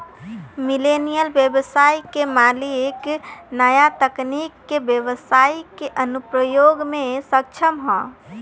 millennial ब्यबसाय के मालिक न्या तकनीक के ब्यबसाई के अनुप्रयोग में सक्षम ह